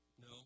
No